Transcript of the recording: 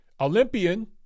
Olympian